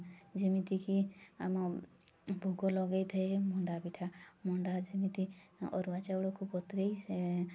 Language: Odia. ଯେମିତିକି ଆମ ଭୋଗ ଲଗେଇ ଥାଏ ମଣ୍ଡା ପିଠା ମଣ୍ଡା ଯେମିତି ଅରୁଆ ଚାଉଳକୁ ବତୁରେଇ ସେ